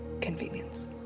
convenience